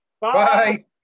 Bye